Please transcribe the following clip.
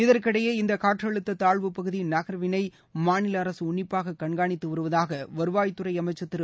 இதற்கிடையே இந்த காற்றழுத்த தாழ்வுப் பகுதியின் நகர்வினை மாநில அரசு உள்ளிப்பாக கண்காணித்து வருவதாக வருவாய்த்துறை அமைச்சன் திரு